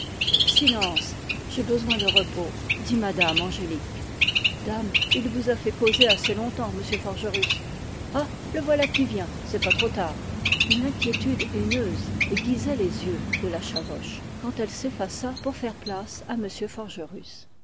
silence j'ai besoin de repos dit mme angélique dame il vous a fait causer assez longtemps m forgerus ah le voilà qui vient ce n'est pas trop tard une inquiétude haineuse aiguisait les yeux de la chavoche quand elle s'effaça pour faire place à